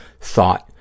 thought